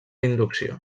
inducció